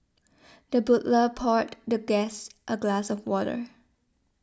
the butler poured the guest a glass of water